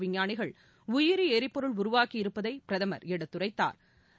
விஞ்ஞானிகள் உயிரி எரிபொருள் உருவாக்கி இருப்பதை பிரதமா் எடுத்துரைத்தாா்